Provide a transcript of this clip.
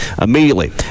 immediately